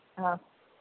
ஆ